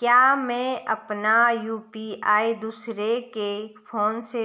क्या मैं अपना यु.पी.आई दूसरे के फोन से